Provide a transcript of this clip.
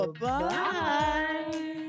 bye